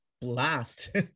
blast